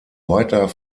weiter